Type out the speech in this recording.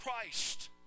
Christ